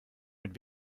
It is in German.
mit